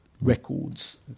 records